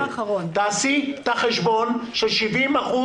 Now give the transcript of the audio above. תעשי את החשבון של 70%